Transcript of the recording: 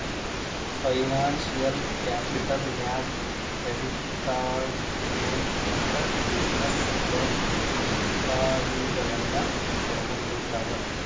financial capital ನ್ಯಾಗ್ credit card loan ಮತ್ತ business loan ಇತಾದಿಗಳನ್ನ ಒಳ್ಗೊಂಡಿರ್ತಾವ